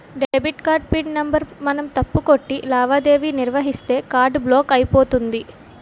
debit card pin number మనం తప్పు కొట్టి లావాదేవీ నిర్వహిస్తే కార్డు బ్లాక్ అయిపోతుంది